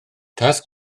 tasg